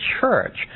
church